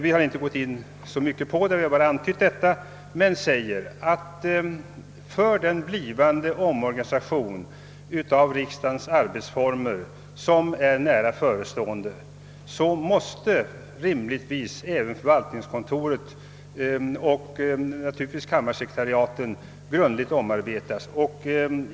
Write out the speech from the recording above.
Vi har inte i så hög grad gått in på detaljer utan bara antytt detta men har framhållit, att för den nära förestående omorganisationen av riksdagens arbetsformer måste rimligtvis även förvaltningskontoret och naturligtvis också <:kammarsekretariaten grundligt omarbetas.